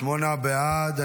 שמונה בעד.